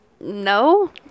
No